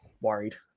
worried